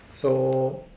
so